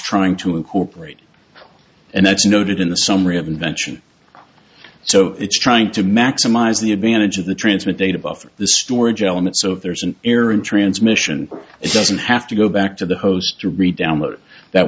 trying to incorporate and that's noted in the summary of invention so it's trying to maximize the advantage of the transmit data buffer the storage elements of there's an error in transmission it doesn't have to go back to the host to read download that